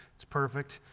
it's perfect